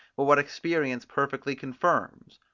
but what experience perfectly confirms.